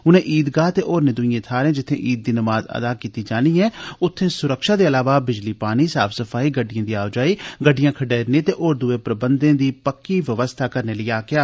उनें ईदगाह ते होरने दुईएं थाह्रें जित्थे ईद दी नमाज अदा कीती जानी ऐ उत्थे सुरक्षा दे ईलावा बिजली पानी साफ सफाई गड्डिएं दी आओ जाई गड्डियां खडेरने ते होर दुए प्रबंध दी पक्की व्यवस्था करने लेई आक्खेआ